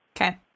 Okay